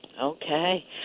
Okay